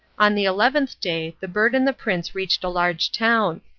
on the eleventh day the bird and the prince reached a large town,